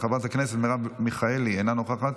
חברת הכנסת מרב מיכאלי, אינה נוכחת,